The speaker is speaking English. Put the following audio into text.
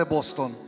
Boston